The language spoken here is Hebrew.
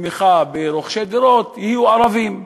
כתמיכה ברוכשי דירות, יהיו ערבים.